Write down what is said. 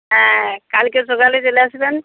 হ্যাঁ কালকে সকালে চলে আসবেন